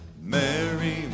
Mary